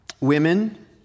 women